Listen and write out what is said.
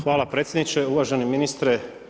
Hvala predsjedniče, uvaženi ministre.